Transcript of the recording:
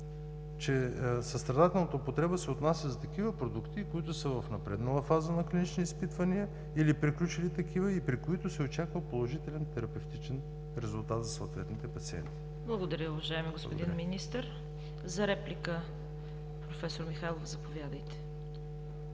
че състрадателната употреба се отнася за продукти, които са в напреднала фаза на клинични изпитвания или приключили такива, при които се очаква положителен терапевтичен резултат за съответните пациенти. ПРЕДСЕДАТЕЛ ЦВЕТА КАРАЯНЧЕВА: Благодаря, уважаеми господин Министър. Реплика – проф. Михайлов, заповядайте.